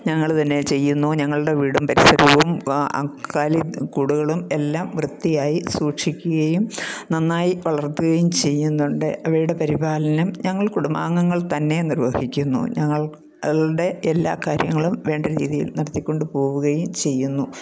ഞങ്ങൾ തന്നെ ചെയ്യുന്നു ഞങ്ങളുടെ വീടും പരിസരവും ആ കാലിക്കൂടുകളും എല്ലാം വൃത്തിയായി സൂക്ഷിക്കുകയും നന്നായി വളർത്തുകയും ചെയ്യുന്നുണ്ട് അവയുടെ പരിപാലനം ഞങ്ങൾ കുടുംബാംഗങ്ങൾ തന്നെ നിർവ്വഹിക്കുന്നു ഞങ്ങളുടെ എല്ലാ കാര്യങ്ങളും വേണ്ട രീതിയിൽ നടത്തിക്കൊണ്ടു പോവുകയും ചെയ്യുന്നു